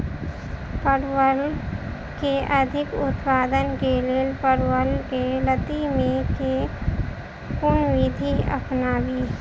परवल केँ अधिक उत्पादन केँ लेल परवल केँ लती मे केँ कुन विधि अपनाबी?